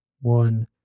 one